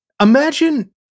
Imagine